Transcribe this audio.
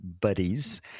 buddies